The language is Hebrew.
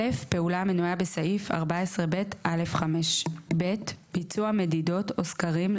(א) פעולה המנויה בסעיף 14ב(א)(5) ; (ב) ביצוע מדידות או סקרים,